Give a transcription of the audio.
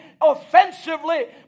offensively